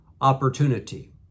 opportunity